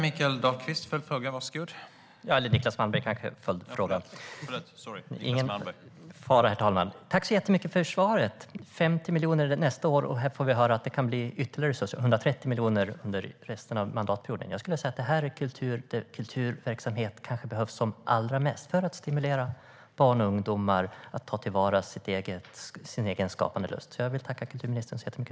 Herr talman! Jag tackar kulturministern så jättemycket för svaret! Nästa år blir det 50 miljoner, och nu får vi höra att det kan bli 130 miljoner under mandatperioden. Jag skulle vilja säga att det här är kulturverksamhet där den kanske behövs som allra mest för att stimulera barn och ungdomar att ta till vara sin egen skapande lust.